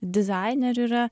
dizainerių yra